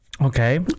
Okay